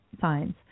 signs